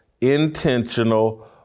intentional